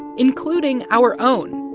including our own,